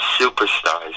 superstars